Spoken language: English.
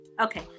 Okay